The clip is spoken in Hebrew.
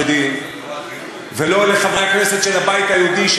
לא אל חברי הכנסת החרדים ולא אל חברי הכנסת של הבית היהודי,